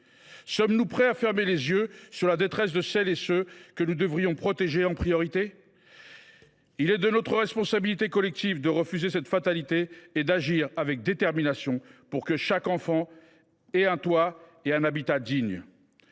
Sommes nous prêts à fermer les yeux sur la détresse de celles et ceux que nous devrions protéger en priorité ? Il est de notre responsabilité collective de refuser cette fatalité et d’agir avec détermination pour que chaque enfant ait un toit et un habitat digne.